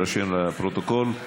יירשם בפרוטוקול.